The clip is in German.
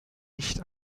nicht